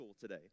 today